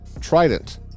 Trident